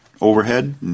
overhead